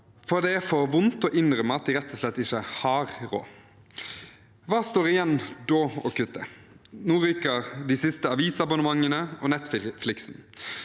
for det er for vondt å innrømme at de rett og slett ikke har råd. Hva står da igjen å kutte? Nå ryker de siste avisabonnementene og Netflix-en,